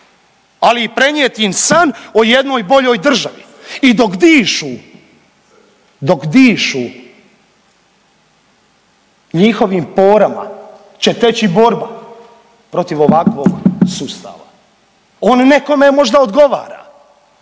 ali i prenijeti im san o jednoj boljoj državi. I dok dišu, dok dišu njihovim porama će teći borba protiv ovakvog sustava. On nekome možda odgovara,